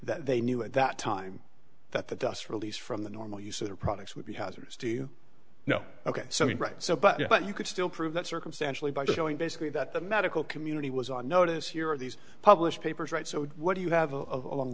that they knew at that time that the dust released from the normal use of their products would be hazardous to you know ok so you're right so but but you could still prove that circumstantially by showing basically that the medical community was on notice here are these published papers right so what do you have a along